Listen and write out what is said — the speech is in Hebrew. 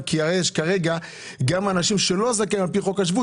כי יש כרגע אנשים שלא זכאים להגיע לפי חוק השבות